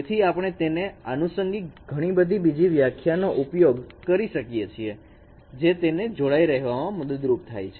તેથી આપણે તેને આનુસંગિક ઘણી બધી બીજી વ્યાખ્યાઓ નો ઉપયોગ કરી શકીએ છીએ જે તેને જોડાઈ રહેવામાં મદદરૂપ થાય છે